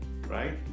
right